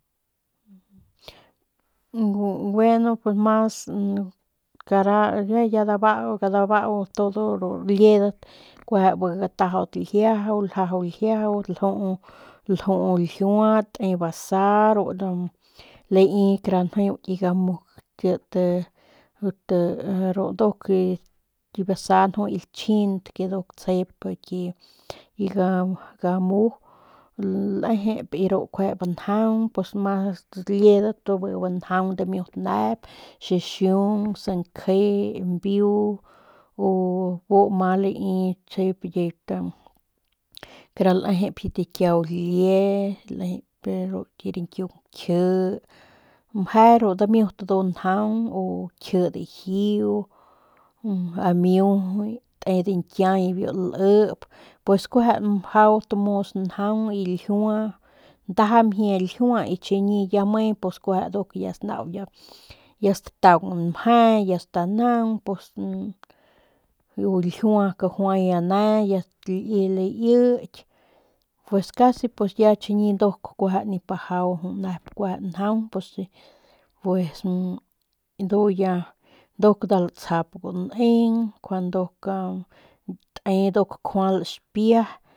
Bueno pus mas kara ya dabau dabau todo ru liedat kueje bi gatajaudat ljiajau ljajau ljiajau lju u ljiua te basa ru lae kara njeu ki gamu kit kit ru nduk ki basa nju ki lachjint ke nduk tsjep ki gamu lejep y ru kuejep banjaung pues ru mas liedat biu bi njaung dimiut nep njuande ru xixiung sankje mbiu u bu ma lii tsjep ki kara lejep kit kiau lie ru ki riñkiung kji mje ru ndu dimiut ndu njaung u kji dijiu amijuy tep diñkiay bibiu lep pues kueje mjau tomos njaung y ljiua ndaja mjie ljiua y chiñi ya me pues kueje nau ya stataung mje ya stanaug pus ru ljiua kajuay net ya laiyki pues casi ya chiñi nduk kueje nip bajau nep kueje njaung pus pues nduk nda latsjap juneng njuande nduk te kjual xipia.